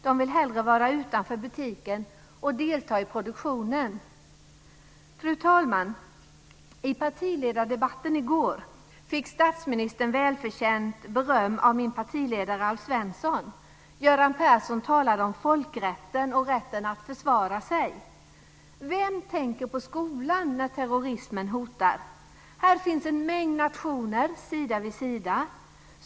De vill hellre vara utanför butiken och delta i produktionen. Fru talman! I partiledardebatten i går fick statsministern välförtjänt beröm av min partiledare Alf Svensson. Göran Persson talade om folkrätten och rätten att försvara sig. Vem tänker på skolan när terrorismen hotar? Här finns en mängd nationer sida vid sida.